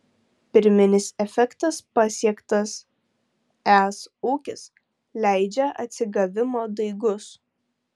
pirminis efektas pasiektas es ūkis leidžia atsigavimo daigus